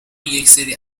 یکسری